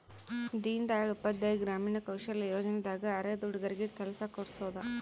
ದೀನ್ ದಯಾಳ್ ಉಪಾಧ್ಯಾಯ ಗ್ರಾಮೀಣ ಕೌಶಲ್ಯ ಯೋಜನೆ ದಾಗ ಅರೆದ ಹುಡಗರಿಗೆ ಕೆಲ್ಸ ಕೋಡ್ಸೋದ